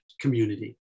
community